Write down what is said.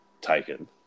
taken